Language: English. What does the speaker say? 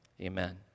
amen